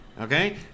Okay